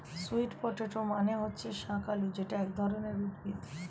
sweet potato মানে হচ্ছে শাকালু যেটা এক ধরনের উদ্ভিদ